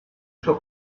suo